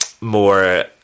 more